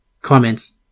Comments